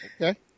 Okay